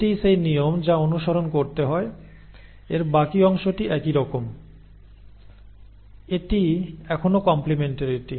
এটিই সেই নিয়ম যা অনুসরণ করতে হবে এর বাকি অংশটি একইরকম এটি এখনও কম্প্লেমেন্টারিটি